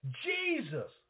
Jesus